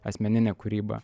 asmeninę kūrybą